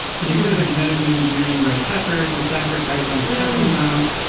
did you hear they're genetically engineering red heifers to sacrifice on the temple mount?